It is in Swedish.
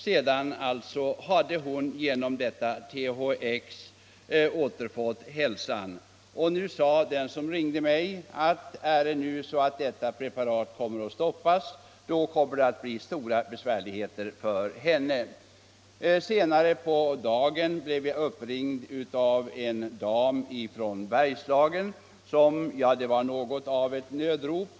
Sedan hade hon genom THX återfått hälsan, och den som ringde sade till mig att om nu detta preparat stoppas skulle det komma att bli stora besvärligheter för väninnan. Senare på dagen blev jag uppringd av en dam från Bergslagen. Det var något av ett nödrop.